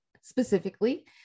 specifically